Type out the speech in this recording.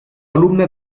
alumna